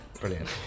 brilliant